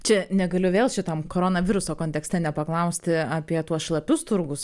čia negaliu vėl šitam koronaviruso kontekste nepaklausti apie tuos šlapius turgus